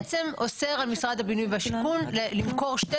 החוק בעצם אוסר על משרד הבינוי והשיכון למכור שתי